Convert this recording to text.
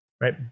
right